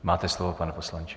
Máte slovo, pane poslanče.